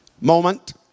moment